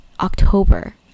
October